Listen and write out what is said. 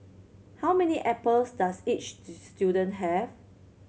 how many apples does each student have